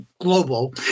global